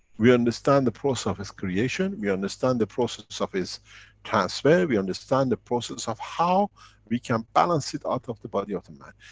we understand the process of its creation. we understand the process of its transfer. we understand the process of how we can balance it out of the body of the man,